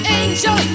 angel